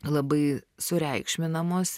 labai sureikšminamos